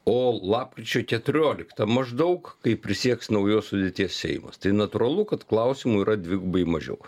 o lapkričio keturioliktą maždaug kai prisieks naujos sudėties seimas tai natūralu kad klausimų yra dvigubai mažiau